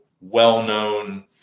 well-known